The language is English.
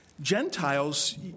Gentiles